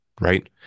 right